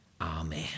Amen